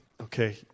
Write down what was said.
Okay